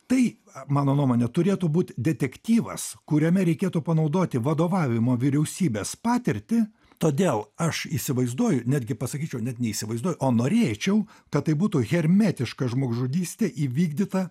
tai mano nuomone turėtų būt detektyvas kuriame reikėtų panaudoti vadovavimo vyriausybės patirtį todėl aš įsivaizduoju netgi pasakyčiau net ne įsivaizduoju o norėčiau kad tai būtų hermetiška žmogžudystė įvykdyta